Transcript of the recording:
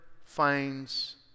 finds